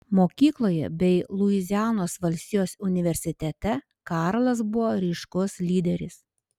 mokykloje bei luizianos valstijos universitete karlas buvo ryškus lyderis